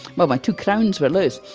but my two crowns were loose.